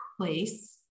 place